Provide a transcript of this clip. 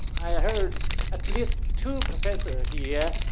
i heard at least two professor here.